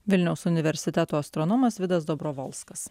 vilniaus universiteto astronomas vidas dobrovolskas